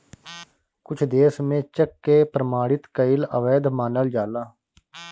कुछ देस में चेक के प्रमाणित कईल अवैध मानल जाला